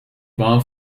war